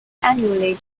annually